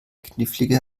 knifflige